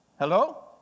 Hello